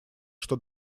что